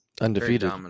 undefeated